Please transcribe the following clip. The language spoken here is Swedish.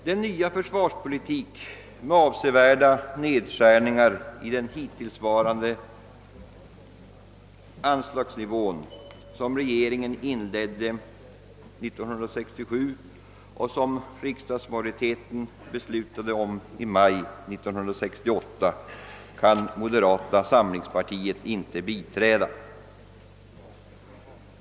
Den nya försvarspolitik med avsevärda nedskärningar i den dittillsvarande anslagsnivån som regeringen inledde 1967 och som riksdagsmajoriteten beslutade om i maj 1968 kan moderata samlingspartiet inte biträda.